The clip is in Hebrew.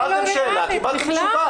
שאלתם שאלה, קיבלתם תשובה.